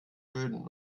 böden